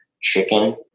chicken